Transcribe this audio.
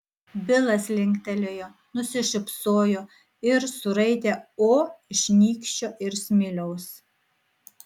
bilas linktelėjo nusišypsojo ir suraitė o iš nykščio ir smiliaus